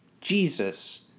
Jesus